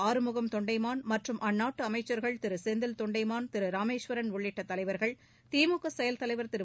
ஆறுமுகம் தொண்டைமாள் மற்றும் அந்நாட்டுஅமைச்சர்கள் திருசெந்தில் தொண்டைமாள் திருராமேஸ்வரன் உள்ளிட்டதலைவர்கள் திமுக செயல் தலைவர் திரு